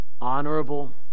Honorable